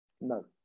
No